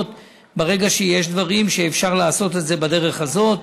ברגע שיש דברים שאפשר לעשות בדרך הזאת.